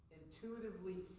intuitively